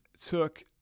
took